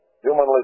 humanly